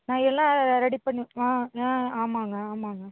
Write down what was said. நான் எல்லாம் ரெடி பண்ணி ஆ ஆ ஆமாங்க ஆமாங்க